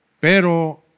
Pero